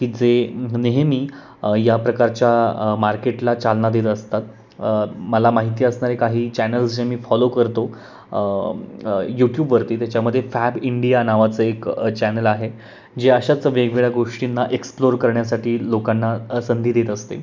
की जे नेहमी या प्रकारच्या मार्केटला चालना देत असतात मला माहिती असणारे काही चॅनल्स जे मी फॉलो करतो यूट्यूबवरती त्याच्यामध्ये फॅब इंडिया नावाचं एक चॅनल आहे जे अशाच वेगवेगळ्या गोष्टींना एक्सप्लोर करण्यासाठी लोकांना संधी देत असते